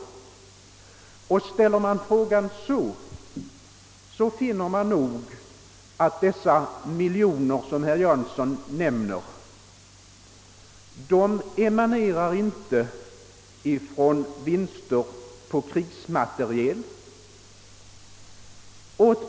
Ställer man frågan så, finner man nog att de miljoner som herr Jansson nämner inte emanerar från vinster på krigsmateriel.